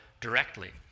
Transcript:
directly